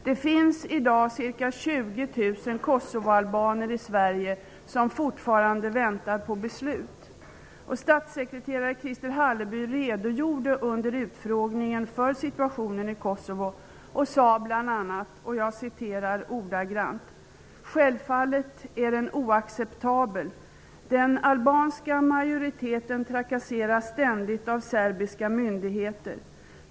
Det finns i dag i Sverige ca 20 000 kosovoalbaner, som fortfarande väntar på beslut. Statssekreterare Christer Hallerby redogjorde under utfrågningen för situationen i Kosovo och sade bl.a.: ''Självfallet är den oacceptabel. Den albanska majoriteten trakasseras ständigt av serbiska myndigheter.